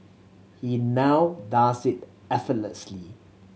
he now does it effortlessly